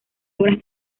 obras